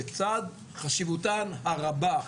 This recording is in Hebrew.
בצד חשיבותן הרבה.